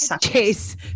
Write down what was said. chase